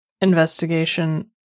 investigation